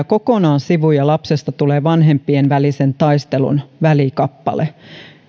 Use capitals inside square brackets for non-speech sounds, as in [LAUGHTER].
[UNINTELLIGIBLE] kokonaan sivuun ja lapsesta tulee vanhempien välisen taistelun välikappale